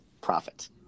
profit